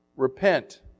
Repent